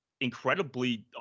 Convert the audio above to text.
incredibly